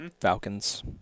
Falcons